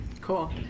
cool